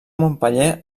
montpeller